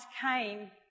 came